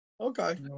Okay